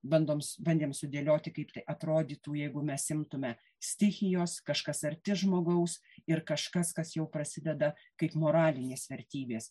bandoms bandėm sudėlioti kaip tai atrodytų jeigu mes imtumėme stichijos kažkas arti žmogaus ir kažkas kas jau prasideda kaip moralinės vertybės